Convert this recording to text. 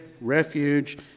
refuge